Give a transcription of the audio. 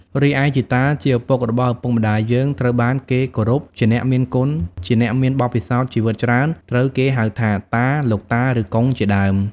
រីឯជីតា ជាឪពុករបស់ឪពុកម្ដាយយើង ត្រូវបានគេគោរពជាអ្នកមានគុណ ជាអ្នកមានបទពិសោធន៍ជីវិតច្រើន ត្រូវគេហៅថា តា លោកតា ឬកុងជាដើម។